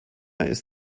ist